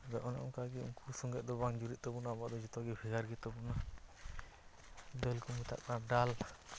ᱟᱫᱚ ᱚᱱᱮ ᱚᱝᱠᱟᱜᱮ ᱩᱱᱠᱚ ᱥᱚᱸᱜᱮᱫᱚ ᱟᱵᱚᱣᱟᱜ ᱫᱚ ᱵᱟᱝ ᱡᱩᱨᱤᱜ ᱛᱟᱵᱚᱱᱟ ᱟᱵᱚᱣᱟᱜ ᱫᱚ ᱡᱚᱛᱚᱜᱮ ᱵᱷᱮᱜᱟᱨ ᱜᱮᱛᱟᱵᱚᱱᱟ ᱫᱟᱹᱞᱠᱚ ᱢᱮᱛᱟᱜ ᱠᱟᱱᱟ ᱰᱟᱞ